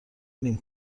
نیم